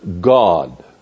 God